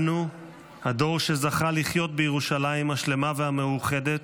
אנו הדור שזכה לחיות בירושלים השלמה והמאוחדת,